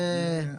כן.